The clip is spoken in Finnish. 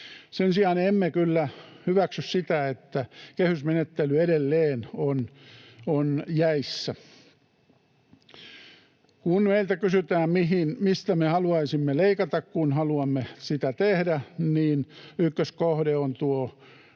Sen sijaan emme kyllä hyväksy sitä, että kehysmenettely on edelleen jäissä. Kun meiltä kysytään, mistä me haluaisimme leikata, kun haluamme sitä tehdä, niin ykköskohde on